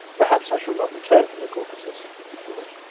perhaps i shall not return from the caucasus he thought.